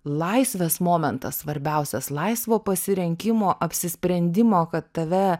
laisvės momentas svarbiausias laisvo pasirenkimo apsisprendimo tave